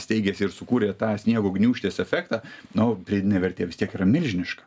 steigiasi ir sukūrė tą sniego gniūžtės efektą nu pridnė vertė vis tiek yra milžiniška